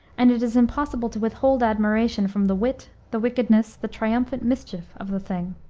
and it is impossible to withhold admiration from the wit, the wickedness, the triumphant mischief of the thing.